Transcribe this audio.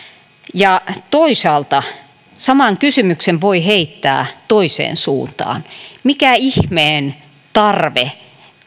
ja toisaalta saman kysymyksen voi heittää toiseen suuntaan mikä ihmeen tarve